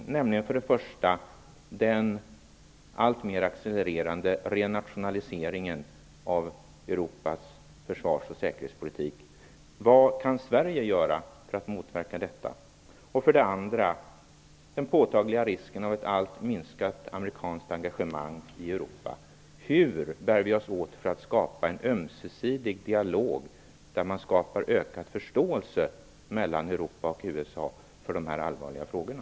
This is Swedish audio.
Det gäller för det första den alltmer accelererande renationaliseringen av Europas försvarsoch säkerhetspolitik. Vad kan Sverige göra för att motverka detta? För det andra gäller det den påtagliga risken av ett minskat amerikanskt engagemang i Europa. Hur bär vi oss åt för att skapa en ömsesidig dialog, där man skapar ökad förståelse mellan Europa och USA för de här allvarliga frågorna.